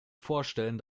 vorstellen